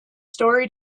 story